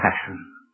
passion